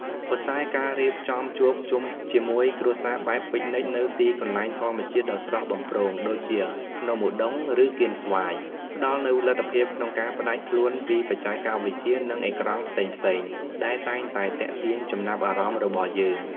ប៉ុន្តែការរៀបចំជួបជុំជាមួយគ្រួសារបែបពិកនិចនៅទីកន្លែងធម្មជាតិដ៏ស្រស់បំព្រងដូចជាភ្នំឧដុង្គ ឬកៀនស្វាយ ផ្តល់នូវលទ្ធភាពក្នុងការផ្តាច់ខ្លួនពីបច្ចេកវិទ្យានិងអេក្រង់ផ្សេងៗដែលតែងតែទាក់ទាញចំណាប់អារម្មណ៍របស់យើង។